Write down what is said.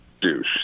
douche